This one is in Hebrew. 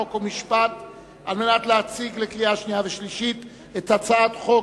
חוק ומשפט על מנת להציג לקריאה שנייה ושלישית את הצעת חוק